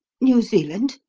new zealand?